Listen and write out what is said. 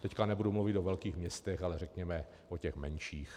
Teď nebudu mluvit o velkých městech, ale řekněme o těch menších.